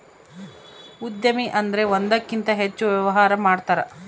ಉದ್ಯಮಿ ಅಂದ್ರೆ ಒಂದಕ್ಕಿಂತ ಹೆಚ್ಚು ವ್ಯವಹಾರ ಮಾಡ್ತಾರ